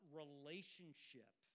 relationship